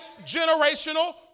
generational